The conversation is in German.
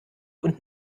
und